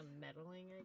meddling